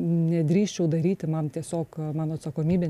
nedrįsčiau daryti man tiesiog mano atsakomybė